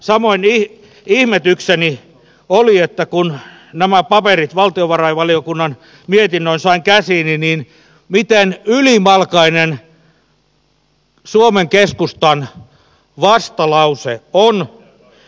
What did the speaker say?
samoin ihmetykseni oli kun nämä paperit valtiovarainvaliokunnan mietinnön sain käsiini miten ylimalkainen suomen keskustan vastalause on